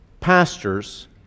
pastors